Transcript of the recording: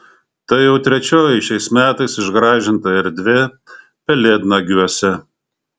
tai jau trečioji šiais metais išgražinta erdvė pelėdnagiuose